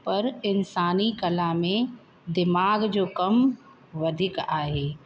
पर इन्सानी कला में दीमाग़ु जो कमु वधीक आहे